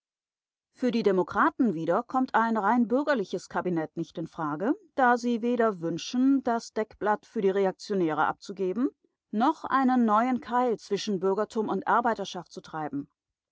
für die demokraten wieder kommt ein rein bürgerliches kabinett nicht in frage da sie weder wünschen das deckblatt für die reaktionäre abzugeben noch einen neuen keil zwischen bürgertum und arbeiterschaft zu treiben